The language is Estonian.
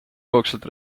hoogsalt